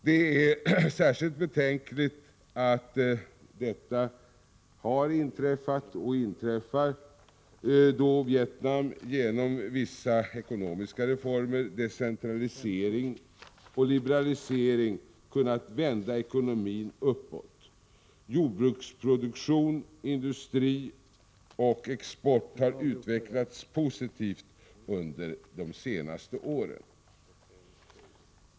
Det är särskilt betänkligt att detta har inträffat och inträffar då Vietnam genom vissa ekonomiska reformer, decentralisering och liberalisering kunnat vända ekonomin uppåt. Jordbruksproduktion, industri och export har utvecklats positivt under de senaste åren.